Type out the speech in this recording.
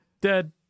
dead